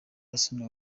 arsene